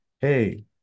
hey